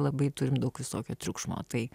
labai turime daug visokio triukšmo tai